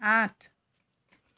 আঠ